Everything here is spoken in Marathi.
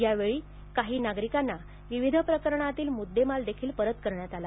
यावेळी काही नागरिकांना विविध प्रकरणातील मुद्देमाल देखील परत करण्यात आला